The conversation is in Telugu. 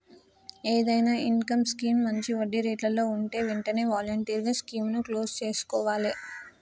ఏదైనా ఇన్కం స్కీమ్ మంచి వడ్డీరేట్లలో వుంటే వెంటనే వాలంటరీగా స్కీముని క్లోజ్ చేసుకోవాలే